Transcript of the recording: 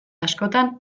askotan